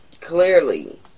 clearly